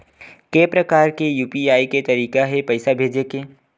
के प्रकार के यू.पी.आई के तरीका हे पईसा भेजे के?